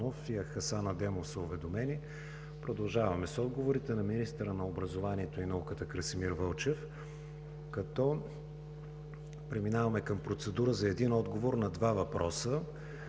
Продължаваме с отговорите на министъра на образованието и науката Красимир Вълчев, като преминаваме към процедура за един отговор на два въпроса.